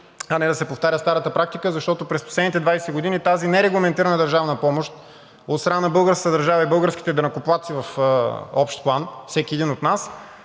а не да се повтаря старата практика. През последните 20 години тази нерегламентирана държавна помощ от страна на българската държава и българските данъкоплатци – в общ план всеки един от нас,